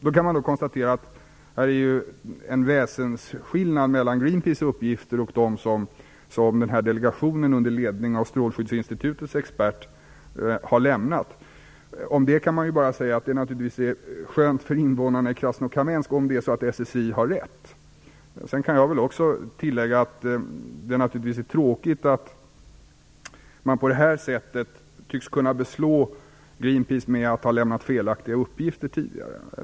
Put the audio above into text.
Man kan konstatera att Greenpeace uppgifter är väsensskilda från dem som den här delegationer under ledning av Strålskyddsinstitutets expert har lämnat. Om det kan man bara säga att det vore skönt för invånarna i Krasnokamensk om SSI har rätt. Sedan kan jag tillägga att det naturligtvis är tråkigt att man på det här sättet tycks kunna beslå Greenpeace med att ha lämnat felaktiga uppgifter tidigare.